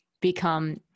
become